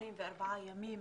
84 ימים,